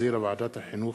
שהחזירה ועדת החינוך,